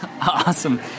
Awesome